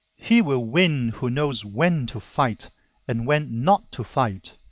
he will win who knows when to fight and when not to fight.